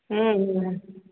हम्म हम्म